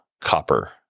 copper